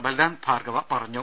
ബൽറാം ഭാർഗവ പറഞ്ഞു